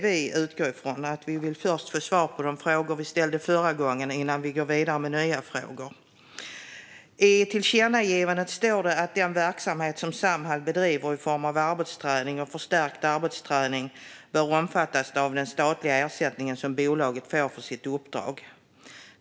Vi utgår från att vi först vill få svar på de frågor som ställdes förra gången innan vi går vidare med nya frågor. I utskottets ställningstagande framgår det att den verksamhet som Samhall bedriver i form av arbetsträning och förstärkt arbetsträning bör omfattas av den statliga ersättningen som bolaget får för sitt uppdrag.